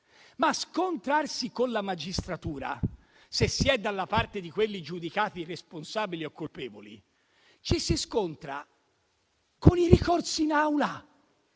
scontrare, ma con la magistratura, se si è dalla parte di quelli giudicati responsabili o colpevoli, ci si scontra con i ricorsi in aula,